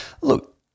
look